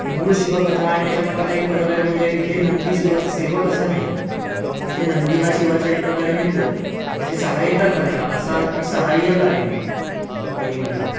मूळ शिवकथा आणि याच्यामधला काही फरक आहे तो म्हणजे इथे नंदी शिवाचा सेवक असं नाही आहे इथे नंदी हा शिवाचा एक प्रकारे मित्र त्याची सहाय्यता करणारा असा एक सहाय्यक आहे नी नेहमीप्रमाणे